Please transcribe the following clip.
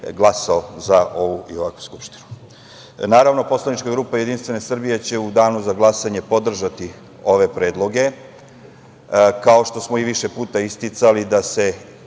za ovu i ovakvu Skupštinu. Naravno Poslanička grupa JS će u danu za glasanje podržati ove predloge, kao što smo i više puta isticali da se